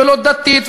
ולא דתית,